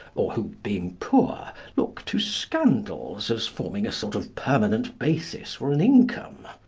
or who, being poor, look to scandals as forming a sort of permanent basis for an income.